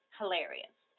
hilarious